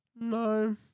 No